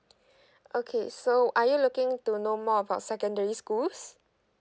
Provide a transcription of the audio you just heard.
okay so are you looking to know more about secondary schools